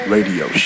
Radio